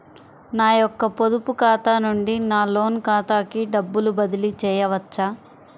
నా యొక్క పొదుపు ఖాతా నుండి నా లోన్ ఖాతాకి డబ్బులు బదిలీ చేయవచ్చా?